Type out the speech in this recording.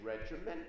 regiment